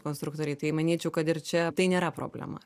konstruktoriai tai manyčiau kad ir čia tai nėra problema